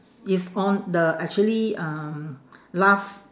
is on the actually um last